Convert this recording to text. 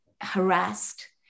harassed